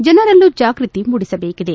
ಜನರಲ್ಲೂ ಜಾಗೃತಿ ಮೂಡಿಸಬೇಕೆದೆ